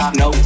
no